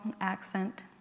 accent